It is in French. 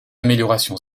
amélioration